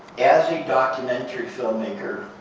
as a documentary filmmaker,